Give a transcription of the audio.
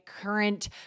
current